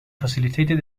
facilitated